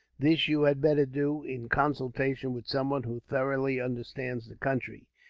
this you had better do, in consultation with someone who thoroughly understands the country.